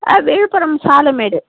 ஆ Viluppuram Salamedu